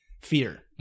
fear